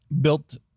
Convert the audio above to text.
built